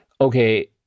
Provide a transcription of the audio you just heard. Okay